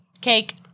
Cake